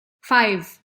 five